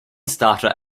starter